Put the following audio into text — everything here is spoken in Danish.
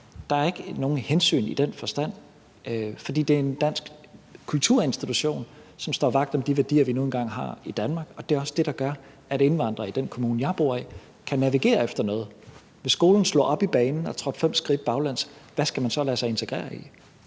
Der er ikke nogen hensyn i den forstand, for det er en dansk kulturinstitution, som står vagt om de værdier, vi nu engang har i Danmark, og det er også det, der gør, at indvandrere i den kommune, jeg bor i, kan navigere efter noget. Hvis skolen slog op i banen og trådte fem skridt baglæns, hvad skulle man så lade sig integrere i?